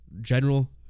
general